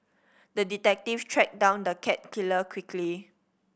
the detective tracked down the cat killer quickly